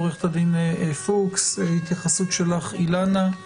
עו"ד פוקס, התייחסות שלך, אילנה,